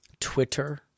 Twitter